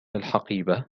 الحقيبة